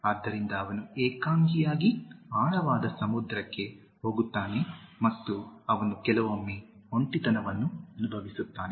ಆದ್ದರಿಂದ ಅವನು ಏಕಾಂಗಿಯಾಗಿ ಆಳವಾದ ಸಮುದ್ರಕ್ಕೆ ಹೋಗುತ್ತಾನೆ ಮತ್ತು ಅವನು ಕೆಲವೊಮ್ಮೆ ಒಂಟಿತನವನ್ನು ಅನುಭವಿಸುತ್ತಾನೆ